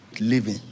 living